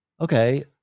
okay